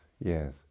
yes